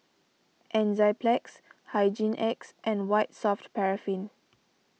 Enzyplex Hygin X and White Soft Paraffin